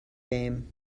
game